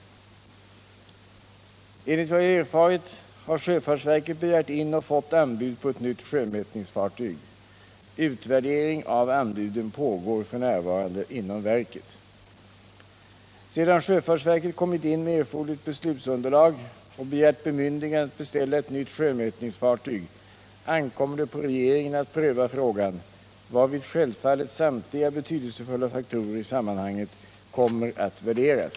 Enligt vad jag har erfarit har sjöfartsverket begärt och fått anbud på ett nytt sjömätningsfartyg. Utvärdering av anbuden pågår f. n. inom verket. Sedan sjöfartsverket kommit in med erforderligt beslutsunderlag och begärt bemyndigande att beställa ett nytt sjömätningsfartyg ankommer det på regeringen att pröva frågan, varvid självfallet samtliga betydelsefulla faktorer i sammanhanget kommer att värderas.